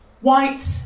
white